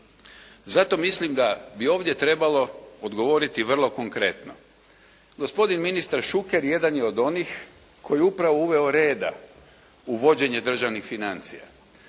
Zato mislim da bi ovdje trebalo odgovoriti vrlo konkretno. Gospodin ministar Šuker jedan je od onih koji je upravo uveo reda u vođenje državnih financija